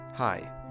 Hi